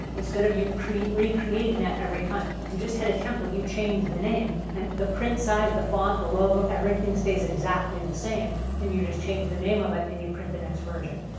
instead of you recreating that every time, you just had a template, you change the name and the print size, the font, the logo, everything stays exactly the same and you just change the name of it and you print the next version.